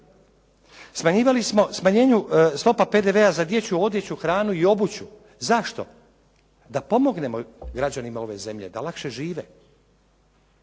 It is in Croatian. Smanjivali smo, smanjenje stope PDV-a za dječju odjeću, hranu i obuću. Zašto? Da pomognemo građanima ove zemlje da lakše žive.